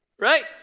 Right